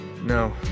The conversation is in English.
No